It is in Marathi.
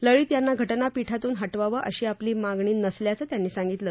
लळित यांना घटनापीठातून हटवावं अशी आपली मागणी नसल्याचं त्यांनी सांगितलं